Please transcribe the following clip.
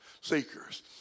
seekers